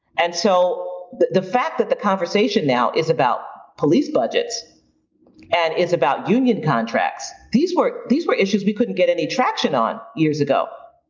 and so the the fact that the conversation now is about police budgets and is about union contracts, these were these were issues. we couldn't get any traction years ago.